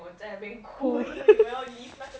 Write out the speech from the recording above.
哭